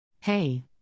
Hey